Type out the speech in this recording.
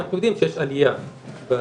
אנחנו יודעים שיש עלייה בהתמכרויות